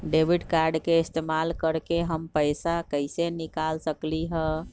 Debit card के इस्तेमाल करके हम पैईसा कईसे निकाल सकलि ह?